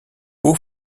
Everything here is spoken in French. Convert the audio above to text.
haut